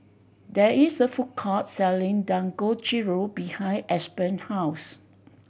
there is a food court selling Dangojiru behind Aspen's house